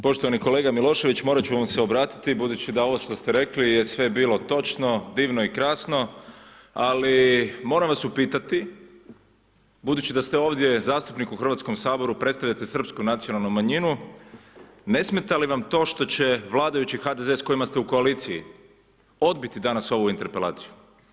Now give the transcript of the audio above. Poštovani kolega Milošević, morati ću vam se obratiti, budući da ovo što ste rekli je sve bilo točno, divno i krasno, ali moram vas upitati, budući da ste ovdje zastupnik u HS-u, predstavljate srpsku nacionalnu manjinu, ne smeta li vam to što će vladajući HDZ s kojima ste u koaliciji, odbiti danas ovu interpelaciju.